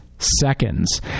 seconds